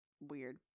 Weird